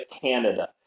Canada